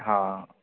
हा